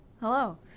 Hello